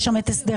יש שם את הסדר